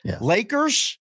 Lakers